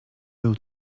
był